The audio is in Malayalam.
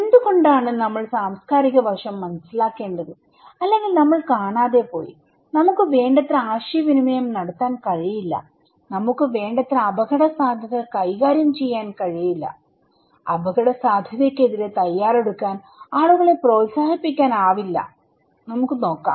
എന്തുകൊണ്ടാണ് നമ്മൾ സാംസ്കാരിക വശം മനസ്സിലാക്കേണ്ടത്അല്ലെങ്കിൽ നമ്മൾ കാണാതെപോയി നമുക്ക് വേണ്ടത്ര ആശയവിനിമയം നടത്താൻ കഴിയില്ലനമുക്ക് വേണ്ടത്ര അപകടസാധ്യത കൈകാര്യം ചെയ്യാൻ കഴിയില്ല അപകടസാധ്യതയ്ക്കെതിരെ തയ്യാറെടുക്കാൻ ആളുകളെ പ്രോത്സാഹിപ്പിക്കാനാവില്ലനമുക്ക് നോക്കാം